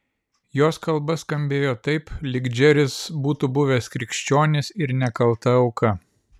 jos kalba skambėjo taip lyg džeris būtų buvęs krikščionis ir nekalta auka